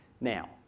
now